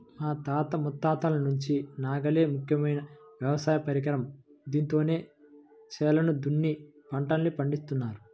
మా తాత ముత్తాతల నుంచి నాగలే ముఖ్యమైన వ్యవసాయ పరికరం, దీంతోనే చేలను దున్ని పంటల్ని పండిత్తారు